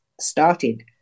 started